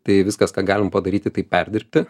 tai viskas ką galime padaryti tai perdirbti